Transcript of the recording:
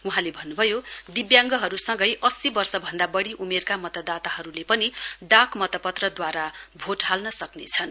वहाँले भन्नुभयो दिव्याङ्गहरू सँगै अस्सी वर्ष भन्दा बढ़ी उमेरका मतदाताहरूले पनि डाक मतपत्रद्वारा भोट हाल्न सक्नेछन्